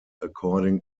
according